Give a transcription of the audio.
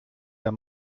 der